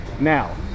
Now